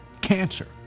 cancer